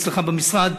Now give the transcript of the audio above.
אצלך במשרד,